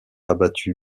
abattu